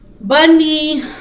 Bundy